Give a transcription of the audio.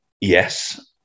Yes